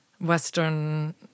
Western